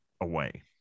away